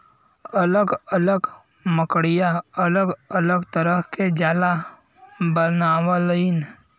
अलग अलग मकड़िया अलग अलग तरह के जाला बनावलीन